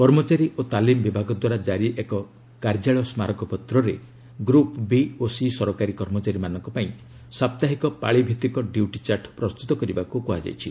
କର୍ମଚାରୀ ଓ ତାଲିମ୍ ବିଭାଗ ଦ୍ୱାରା ଜାରି ଏକ କାର୍ଯ୍ୟାଳୟ ସ୍କାରକପତ୍ରରେ ଗ୍ରପ୍ ବି ଓ ସି ସରକାରୀ କର୍ମଚାରୀମାନଙ୍କ ପାଇଁ ସାପ୍ତାହିକ ପାଳିଭିତ୍ତିକ ଡିୟୁଟିଚାର୍ଟ୍ ପ୍ରସ୍ତୁତ କରିବାକୁ କୁହାଯାଇଛି